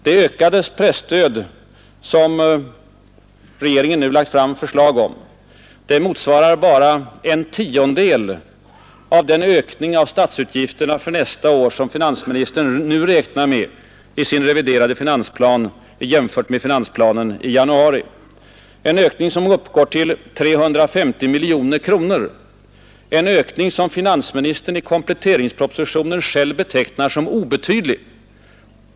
Det ökade presstöd som regeringen nu framlagt förslag om motsvarar bara en tiondel av den ökning av statsutgifterna för nästa år som finansministern nu räknar med i sin reviderade finansplan jämfört med finansplanen i januari, en ökning som uppgår till 350 miljoner kronor en ökning som finansministern i kompletteringspropositionen själv betecknar som ”obetydlig”.